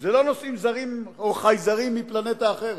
אלה לא נוסעים זרים או חייזרים מפלנטה אחרת.